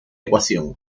ecuación